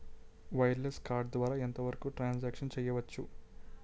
Wireless card ద్వారా ఎంత వరకు ట్రాన్ సాంక్షన్ చేయవచ్చు?